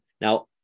Now